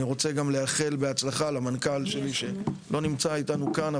אני רוצה גם לאחל בהצלחה למנכ"ל שלי שלא נמצא איתנו כאן,